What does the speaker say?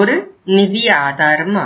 ஒரு நிதி ஆதாரமாகும்